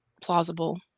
plausible